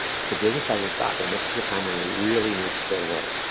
the business hasn't stopped. and this is a time when we we really need to go to work.